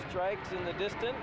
strikes in the distance